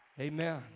Amen